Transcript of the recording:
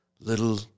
little